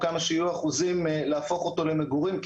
כמה שיהיו אחוזים להפוך אותו למגורים,